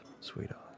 sweetheart